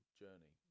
journey